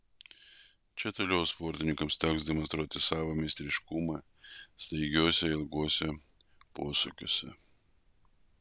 čia toliau sportininkams teks demonstruoti savo meistriškumą staigiuose ilguose posūkiuose